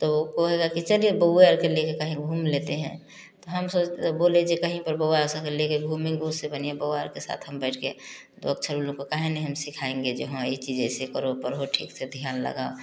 तो वो कहेगा की चलिए बबुआ को लेके कहीं घूम लेते हैं हम सोचे बोले हैं कि जो कहीं पर बबुआ को संग लेके घूमें उससे बढ़िया बबुआ के साथ हम बैठ के दो अक्षर उन लोग को क्यों नहीं हम सिखाएँगे जो हम ये चीज ऐसे करो और ठीक से ध्यान लगा